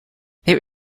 there